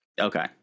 Okay